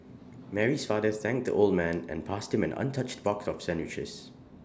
Mary's father thanked the old man and passed him an untouched box of sandwiches